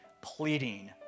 pleading